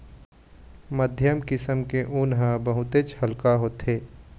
मध्यम किसम के ऊन ह बहुतेच हल्का होथे